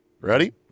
Ready